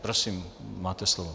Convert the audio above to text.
Prosím, máte slovo.